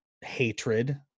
hatred